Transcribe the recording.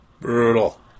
brutal